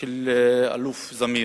של האלוף זמיר,